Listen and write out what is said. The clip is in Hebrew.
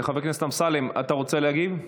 חבר הכנסת אמסלם, אתה רוצה להגיב?